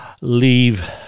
leave